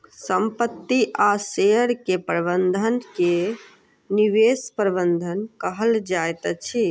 संपत्ति आ शेयर के प्रबंधन के निवेश प्रबंधन कहल जाइत अछि